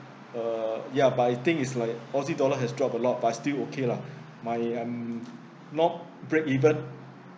uh ya but I think is like aussie dollar has dropped a lot but still okay lah my um not break even